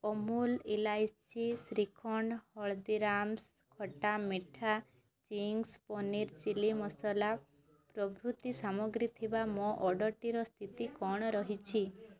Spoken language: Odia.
ଅମୁଲ ଇଲାଇଚି ଶ୍ରୀଖଣ୍ଡ୍ ହଳଦୀରାମ୍ସ୍ ଖଟା ମିଠା ଚିଙ୍ଗ୍ସ୍ ପନିର୍ ଚିଲି ମସଲା ପ୍ରଭୃତି ସାମଗ୍ରୀ ଥିବା ମୋ ଅର୍ଡ଼ର୍ଟିର ସ୍ଥିତି କ'ଣ ରହିଛି